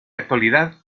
actualidad